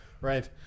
Right